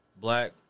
black